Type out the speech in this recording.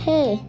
Hey